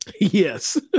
Yes